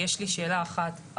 יש לי שאלה אחת,